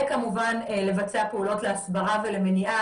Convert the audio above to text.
כמובן לבצע פעולות להסברה ולמניעה,